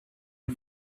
and